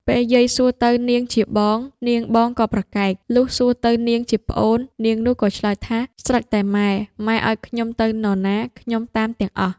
ពេលយាយសួរទៅនាងជាបង នាងបងក៏ប្រកែក លុះសួរទៅនាងជាប្អូន នាងនោះក៏ឆ្លើយថា ស្រេចតែម៉ែ ម៉ែឱ្យខ្ញុំទៅនរណា ខ្ញុំតាមទាំងអស់។